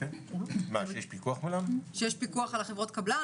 יש פיקוח על חברות הקבלן?